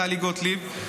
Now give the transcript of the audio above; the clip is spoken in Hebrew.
טלי גוטליב,